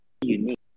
unique